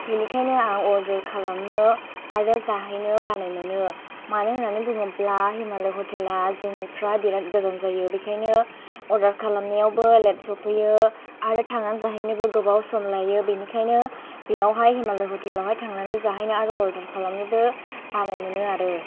बेनिखायनो आं अर्डार खालामनो आरो जाहैनो बानाय मोनो मानो होन्नानै बुङोब्ला हिमालय हटेला जोंनिफ्राय बिराथ गोजान जायो बिखायनो अर्डार खालामनायावबो लेट सौफैयो आरो थांना जाहैनोबो गोबाव सम लायो बेनिखायनो बेयावहाय हिमालय हटेलावहाय थांना जाहैनो आरो अर्डार खालामनोबो बानाय मोनो आरो